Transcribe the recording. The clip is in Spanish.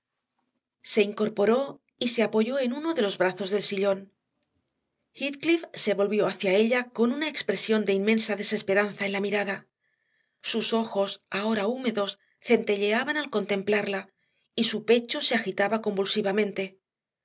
se incorporó y se apoyó en uno de los brazos del sillón heathcliff se volvió hacia ella con una expresión de inmensa desesperanza en la mirada sus ojos ahora húmedos centelleaban al contemplarla y su pecho se agitaba convulsivamente